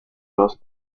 los